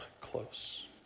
close